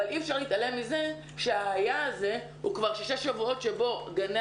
אבל אי אפשר להתעלם מזה שזה כבר שישה שבועות שגני